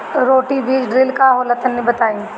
Roto बीज drill का होला तनि बताई?